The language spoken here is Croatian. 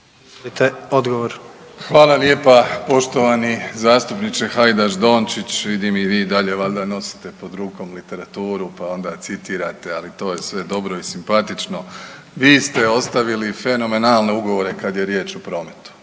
Hvala lijepa poštovani zastupniče Hajdaš Dončić, vidim i vi i dalje valjda nosite pod rukom literaturu pa onda citirate, ali to je sve dobro i simpatično. Vi ste ostavili fenomenalne ugovore kad je riječ o prometu.